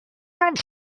gott